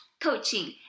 coaching